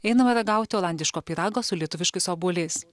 einame ragauti olandiško pyrago su lietuviškais obuoliais